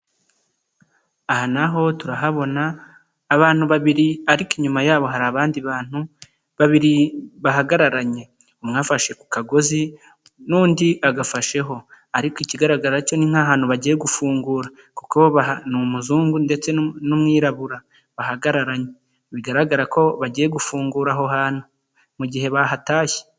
Aha naho turahabona abantu babiri ariko inyuma yabo hari abandi bantu babiri bahagararanye, umwe afashe ku kagozi n'undi agafasheho ariko ikigaragara cyo ni nk'ahantu bagiye gufungura kuko ni umuzungu ndetse n'umwirabura bahagararanye bigaragara ko bagiye gufungura aho hantu mu gihe bahatashye.